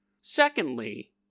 Secondly